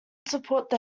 support